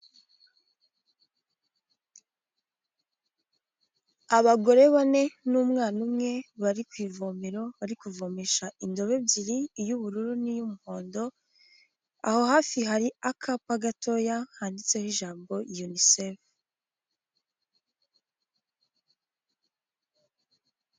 Abagore bane n'umwana umwe bari ku ivomero bari kuvomesha indobo ebyiri iy'ubururu n'iy'umuhondo, aho hafi hari akapa gatoya handitseho ijambo unicef.